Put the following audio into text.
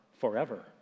forever